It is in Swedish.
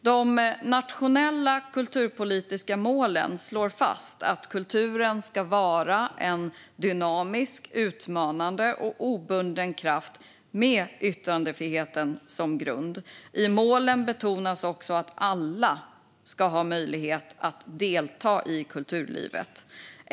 De nationella kulturpolitiska målen slår fast att kulturen ska vara en dynamisk, utmanande och obunden kraft med yttrandefriheten som grund. I målen betonas också att alla ska ha möjlighet att delta i kulturlivet.